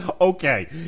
Okay